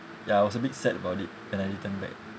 ya I was a bit sad about it when I return back